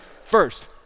first